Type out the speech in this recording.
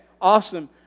awesome